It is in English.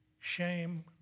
shame